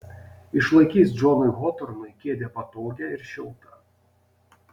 išlaikys džonui hotornui kėdę patogią ir šiltą